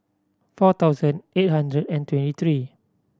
four thousand eight hundred and twenty three